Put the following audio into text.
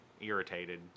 irritated